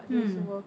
mm